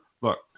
Look